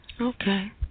Okay